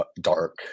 dark